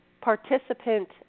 participant